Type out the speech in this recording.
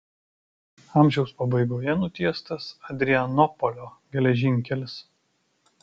amžiaus pabaigoje nutiestas adrianopolio geležinkelis